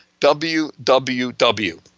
WWW